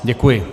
Děkuji.